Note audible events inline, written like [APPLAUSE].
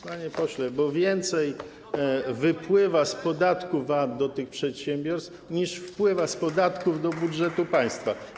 Tak, panie pośle, bo więcej wypływa z podatku VAT do tych przedsiębiorstw, [APPLAUSE] niż wpływa z podatków do budżetu państwa.